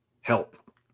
help